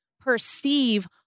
perceive